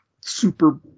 super